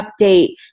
update